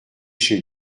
chez